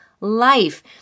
life